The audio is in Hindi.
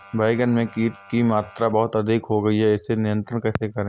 बैगन में कीट की मात्रा बहुत अधिक हो गई है इसे नियंत्रण कैसे करें?